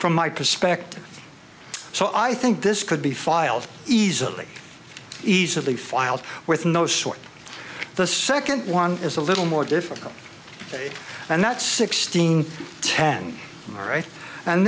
from my perspective so i think this could be filed easily easily filed with no short the second one is a little more difficult and that's sixteen ten right and